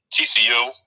TCU